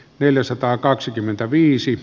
neljäsataakaksikymmentäviisi